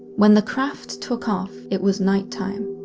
when the craft took off, it was night-time.